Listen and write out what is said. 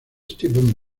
steven